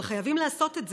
אבל חייבים לעשות את זה.